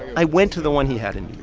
i went to the one he had in